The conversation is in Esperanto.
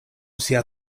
sia